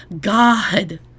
God